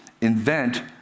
invent